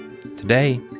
Today